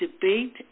debate